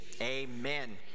amen